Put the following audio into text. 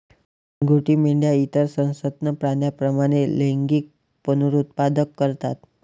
घरगुती मेंढ्या इतर सस्तन प्राण्यांप्रमाणे लैंगिक पुनरुत्पादन करतात